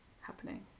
happening